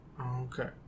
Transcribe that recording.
Okay